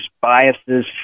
biases